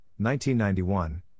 1991